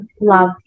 love